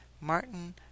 Martin